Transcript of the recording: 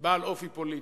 בעל אופי פוליטי,